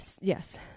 yes